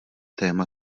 téma